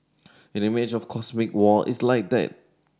an image of cosmic war is like that